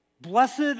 blessed